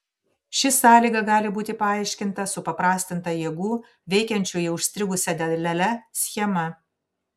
ši sąlyga gali būti paaiškinta supaprastinta jėgų veikiančių į užstrigusią dalelę schema